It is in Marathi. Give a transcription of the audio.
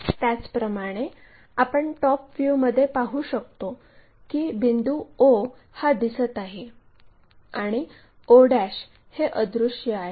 त्याचप्रमाणे आपण टॉप व्ह्यूमध्ये पाहू शकतो की बिंदू o हा दिसत आहे आणि o हे अदृश्य आहे